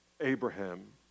Abraham